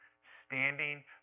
Standing